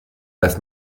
las